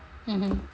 mmhmm